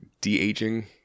de-aging